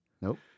Nope